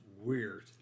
weird